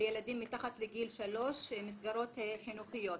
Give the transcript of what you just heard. לילדים מתחת לגיל שלוש, מסגרות חינוכיות,